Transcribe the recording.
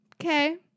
okay